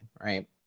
Right